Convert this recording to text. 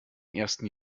ersten